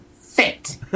fit